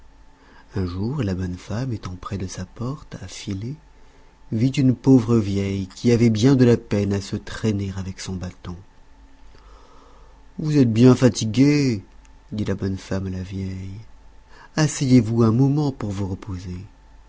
un jour la bonne femme étant près de sa porte à filer vit une pauvre vieille qui avait bien de la peine à se traîner avec son bâton vous êtes bien fatiguée dit la bonne femme à la vieille asseyez-vous un moment pour vous reposer